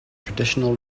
traditional